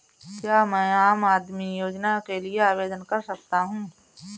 क्या मैं आम आदमी योजना के लिए आवेदन कर सकता हूँ?